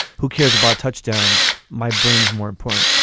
who cares about touchdowns. my brain is more important.